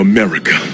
America